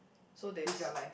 so they f~